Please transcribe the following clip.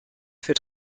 für